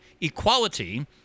equality